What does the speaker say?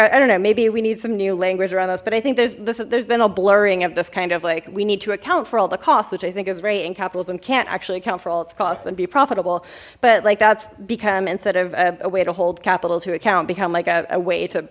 out i don't know maybe we need some new language around us but i think there's there's been a blurring of this kind of like we need to account for all the costs which i think is rayon capitalism can't actually account for all its costs and be profitable but like that's become instead of a way to hold capital to account become like a way to